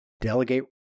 delegate